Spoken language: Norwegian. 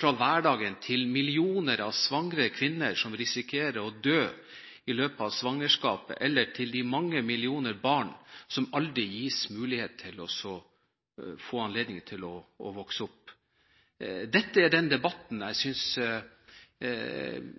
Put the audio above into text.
fra hverdagen til millioner av svangre kvinner, som risikerer å dø i løpet av svangerskapet, eller til de mange millioner barn som aldri gis mulighet til å vokse opp. Dette er den debatten jeg synes